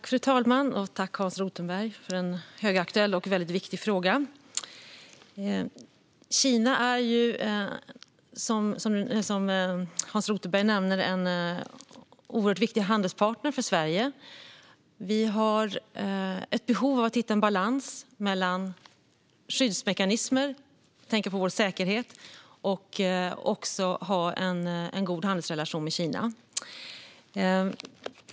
Fru talman! Tack, Hans Rothenberg, för en högaktuell och väldigt viktig fråga! Kina är, som Hans Rothenberg nämner, en oerhört viktig handelspartner för Sverige. Vi har ett behov av att hitta en balans mellan skyddsmekanismer - jag tänker på vår säkerhet - och en god handelsrelation med Kina.